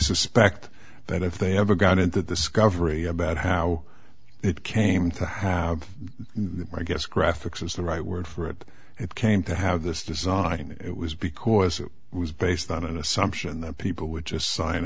suspect that if they ever got into this governor about how it came to have the i guess graphics is the right word for it it came to have this design it was because it was based on an assumption that people would just sign